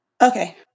Okay